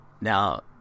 Now